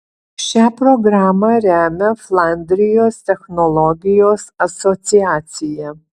šią programą remia flandrijos technologijos asociacija